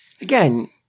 Again